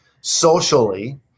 socially